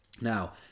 Now